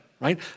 Right